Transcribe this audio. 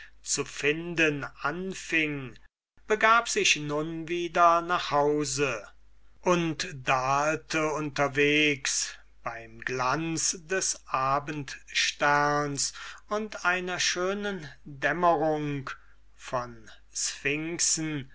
zu finden anfing begab sich nun wieder nach hause und dahlte unterwegs beim glanz des abendsterns und einer schönen dämmerung von sphinxen